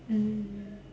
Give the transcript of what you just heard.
mm